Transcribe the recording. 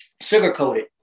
sugar-coated